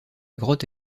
grotte